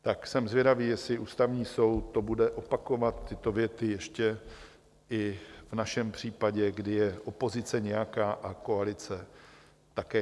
Tak jsem zvědavý, jestli Ústavní soud to bude opakovat, tyto věty, ještě i v našem případě, kdy je opozice nějaká a koalice také nějaká.